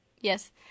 Yes